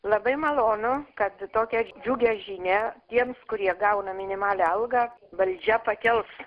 labai malonu kad tokią džiugią žinią tiems kurie gauna minimalią algą valdžia pakels